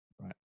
Right